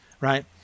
right